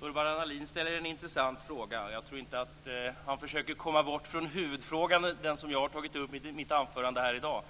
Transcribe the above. Fru talman! Urban Ahlin ställer intressanta frågor. Jag tror inte att han försöker komma bort från huvudfrågan, den fråga som jag tog upp i mitt anförande här i dag